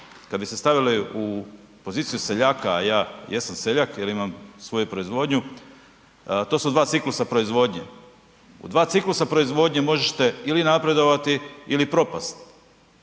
kad bi se stavili u poziciju seljaka, a ja jesam seljak jer imam svoju proizvodnju, to su dva ciklusa proizvodnje. U dva ciklusa proizvodnje možete ili napredovati ili propasti.